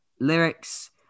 lyrics